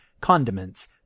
condiments